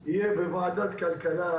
לפחות בוועדת כלכלה,